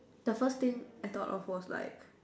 the first thing I though of was like